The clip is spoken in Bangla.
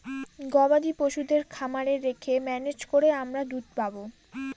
গবাদি পশুদের খামারে রেখে ম্যানেজ করে আমরা দুধ পাবো